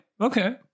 Okay